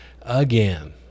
again